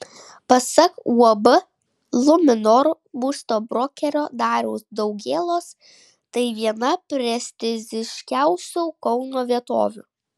pasak uab luminor būsto brokerio dariaus daugėlos tai viena prestižiškiausių kauno vietovių